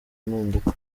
impinduka